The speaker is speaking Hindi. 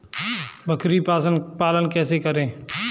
बकरी पालन कैसे करें?